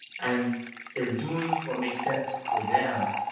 and they're doing what makes sense for them.